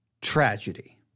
tragedy